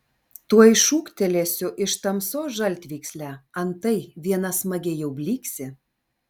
tuoj šūktelėsiu iš tamsos žaltvykslę antai viena smagiai jau blyksi